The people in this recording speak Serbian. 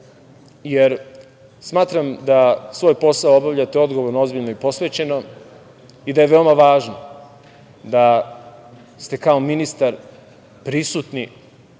jer smatram da svoj posao obavljate odgovorno, ozbiljno i posvećeno i da je veoma važno da ste kao ministar prisutni